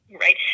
right